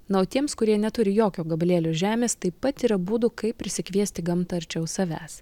na o tiems kurie neturi jokio gabalėlio žemės taip pat yra būdų kaip prisikviesti gamtą arčiau savęs